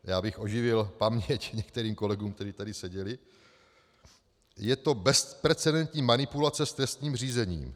Já bych oživil paměť některým kolegům, kteří tady seděli: Je to bezprecedentní manipulace s trestním řízením.